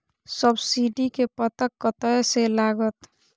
Subsidy के पता कतय से लागत?